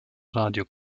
radio